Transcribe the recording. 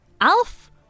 Alf